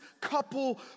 couple